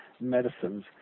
medicines